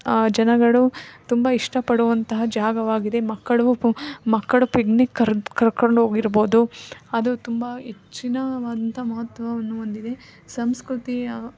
ಜನಗಳು ತುಂಬ ಇಷ್ಟ ಪಡುವಂತಹ ಜಾಗವಾಗಿದೆ ಮಕ್ಕಳು ಪ್ ಮಕ್ಕಳು ಪಿಗ್ನಿಕ್ ಕರ್ದು ಕರ್ಕೊಂಡು ಹೋಗಿರ್ಬೋದು ಅದು ತುಂಬ ಹೆಚ್ಚಿನವಾದಂಥ ಮಹತ್ವವನ್ನು ಹೊಂದಿದೆ ಸಂಸ್ಕೃತಿ